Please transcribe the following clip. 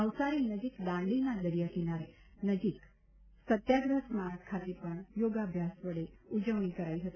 નવસારી નજીક દાંડીના દરિયા કિનારે નજીક સત્યાગ્રહ સ્મારક ખાતે પણ યોગભ્યાસ વડે ઉજવણી કરાઈ હતી